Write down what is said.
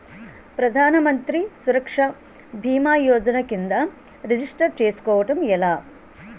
ప్రధాన మంత్రి సురక్ష భీమా యోజన కిందా రిజిస్టర్ చేసుకోవటం ఎలా?